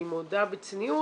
אני מודה בצניעות,